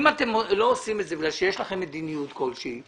אם אתם לא עושים את זה כי יש לכם מדיניות כלשהי,